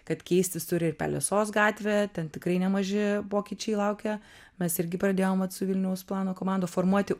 kad keistis turi ir pelesos gatvė ten tikrai nemaži pokyčiai laukia mes irgi pradėjom vat su vilniaus plano komanda formuoti